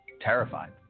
terrified